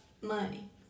money